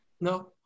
No